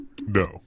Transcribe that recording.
No